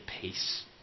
peace